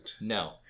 No